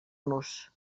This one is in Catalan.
nos